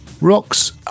Rock's